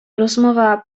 rozmowa